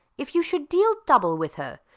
if you should deal double with her,